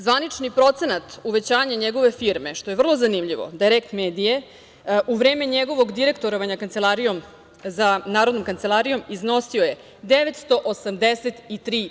Zvanični procenat uvećanja njegove firme, što je vrlo zanimljivo, „Dajrekt medije“ u vreme njegovog direktovanja Narodnom kancelarijom iznosio je 983%